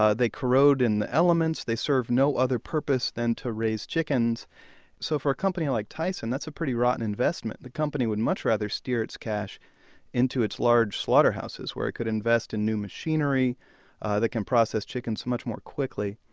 ah they corrode in the elements. they serve no other purpose than to raise chickens so for a company like tyson, that's a pretty rotten investment. the company would much rather steer its cash into its large slaughterhouses, where it can invest in new machinery that can process chickens much more quickly.